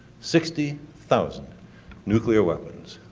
sixty thousand nuclear weapons.